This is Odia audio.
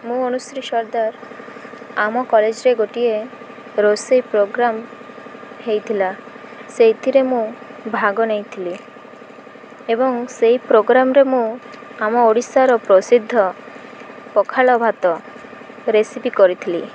ମୁଁ ଅନୁଶ୍ରୀ ସର୍ଦ୍ଦାର ଆମ କଲେଜରେ ଗୋଟିଏ ରୋଷେଇ ପ୍ରୋଗ୍ରାମ ହେଇଥିଲା ସେଇଥିରେ ମୁଁ ଭାଗ ନେଇଥିଲି ଏବଂ ସେଇ ପ୍ରୋଗ୍ରାମରେ ମୁଁ ଆମ ଓଡ଼ିଶାର ପ୍ରସିଦ୍ଧ ପଖାଳ ଭାତ ରେସିପି କରିଥିଲି